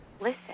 Listen